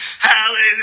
Hallelujah